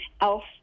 else